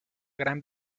gran